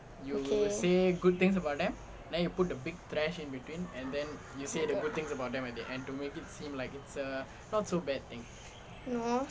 okay no